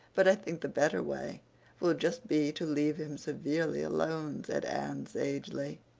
but i think the better way will just be to leave him severely alone, said anne sagely.